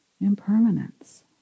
impermanence